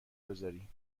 بزارین